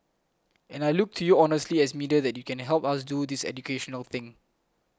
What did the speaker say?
and I look to you honestly as media that you can help us do this educational thing